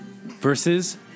versus